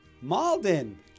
Malden